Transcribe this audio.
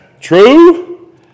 True